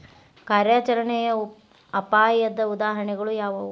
ಕಾರ್ಯಾಚರಣೆಯ ಅಪಾಯದ ಉದಾಹರಣೆಗಳು ಯಾವುವು